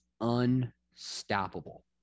unstoppable